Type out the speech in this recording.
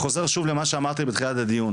שיצברו שם את אמון הנוער ויצרו איתם את הקשר האישי,